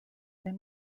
they